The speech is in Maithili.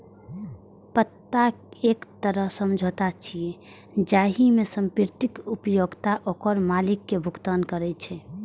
पट्टा एक तरह समझौता छियै, जाहि मे संपत्तिक उपयोगकर्ता ओकर मालिक कें भुगतान करै छै